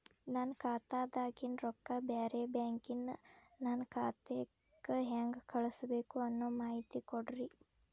ನನ್ನ ಖಾತಾದಾಗಿನ ರೊಕ್ಕ ಬ್ಯಾರೆ ಬ್ಯಾಂಕಿನ ನನ್ನ ಖಾತೆಕ್ಕ ಹೆಂಗ್ ಕಳಸಬೇಕು ಅನ್ನೋ ಮಾಹಿತಿ ಕೊಡ್ರಿ?